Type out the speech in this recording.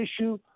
issue